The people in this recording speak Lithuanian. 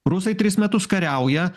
rusai tris metus kariauja